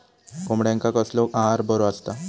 कोंबड्यांका कसलो आहार बरो असता?